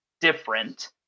different